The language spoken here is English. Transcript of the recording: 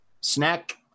snack